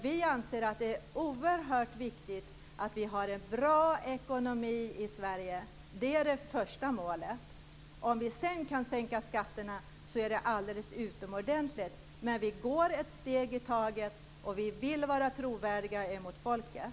Vi anser att det är oerhört viktigt att ha en bra ekonomi i Sverige. Det är det första målet. Det är alldeles utomordentligt om det sedan går att sänka skatterna. Vi tar ett steg i taget, och vi vill vara trovärdiga gentemot folket.